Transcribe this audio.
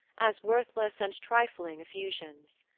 as worthless and trifling effusions.